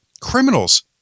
Criminals